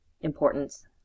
importance